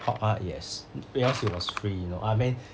pop art yes because it was free no I mean